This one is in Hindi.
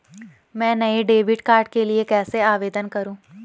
मैं नए डेबिट कार्ड के लिए कैसे आवेदन करूं?